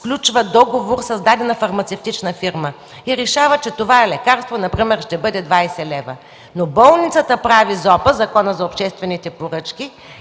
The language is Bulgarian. сключва договор с дадена фармацевтична фирма и решава, че това лекарство например ще бъде 20 лв. Но по Закона за обществените поръчки